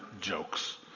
jokes